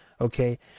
Okay